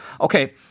okay